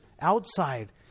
outside